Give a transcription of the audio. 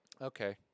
Okay